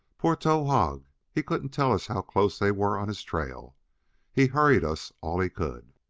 poor towahg! he couldn't tell us how close they were on his trail he hurried us all he could.